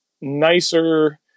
nicer